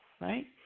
right